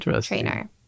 trainer